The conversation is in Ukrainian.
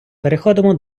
переходимо